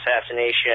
assassination